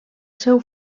seu